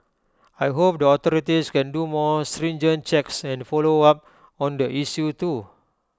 I hope the authorities can do more stringent checks and follow up on the issue too